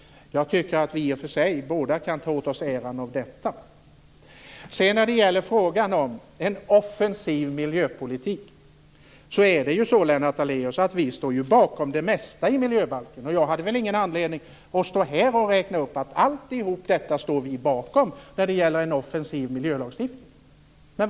Jag tycker i och för sig att vi båda kan ta åt oss äran av detta. Sedan gällde det frågan om en offensiv miljöpolitik. Det är ju så, Lennart Daléus, att vi står bakom det mesta i miljöbalken. Jag har ingen anledning att stå här och räkna upp allt det som vi står bakom när det gäller en offensiv miljölagstiftning.